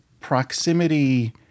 proximity